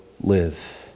live